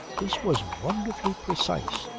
this was wonderfully precise.